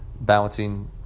Balancing